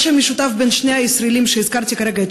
מה שמשותף בין שני הישראלים שהזכרתי כרגע את